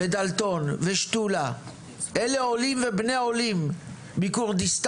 דלתון ושתולה; אלה עולים ובני עולים מכורדיסטן,